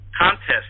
contest